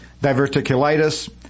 diverticulitis